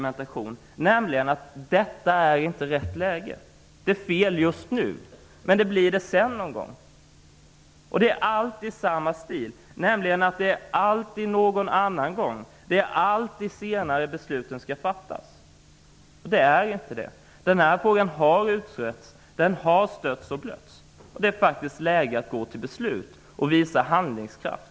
Man säger att det inte är rätt läge nu. Det är fel just nu, men det blir rätt sedan någon gång. Det är alltid samma sak. Det skall alltid ske någon annan gång. Besluten skall alltid fattas senare. Så är det inte. Den här frågan har utretts. Den har stötts och blötts. Det är faktiskt läge att gå till beslut nu och visa handlingskraft.